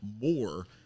more